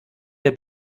der